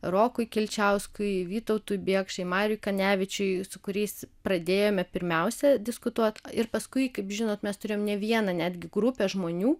rokui kilčiauskui vytautui biekšai mariui kanevičiui su kuriais pradėjome pirmiausia diskutuot ir paskui kaip žinot mes turėjom ne vieną netgi grupę žmonių